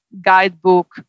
guidebook